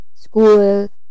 school